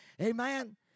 amen